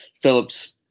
Phillips